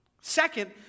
Second